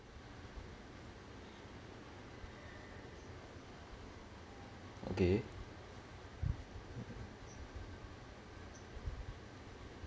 okay